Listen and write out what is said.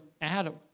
Adam